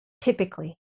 typically